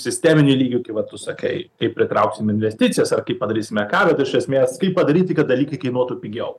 sisteminiu lygiu kai vat tu sakai kaip pritrauksim investicijas ar kaip padarysim ką bet iš esmės kai padaryti kad dalykai kainuotų pigiau